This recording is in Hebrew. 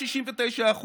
69%,